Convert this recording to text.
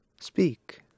Speak